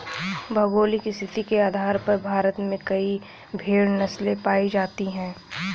भौगोलिक स्थिति के आधार पर भारत में कई भेड़ नस्लें पाई जाती हैं